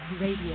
Radio